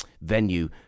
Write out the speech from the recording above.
venue